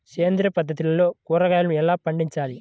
సేంద్రియ పద్ధతిలో కూరగాయలు ఎలా పండించాలి?